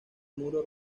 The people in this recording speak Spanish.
muro